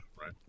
right